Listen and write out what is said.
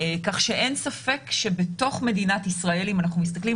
כך שאין ספק שבתוך מדינת ישראל אם אנחנו מסתכלים